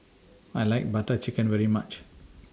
I like Butter Chicken very much